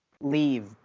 leave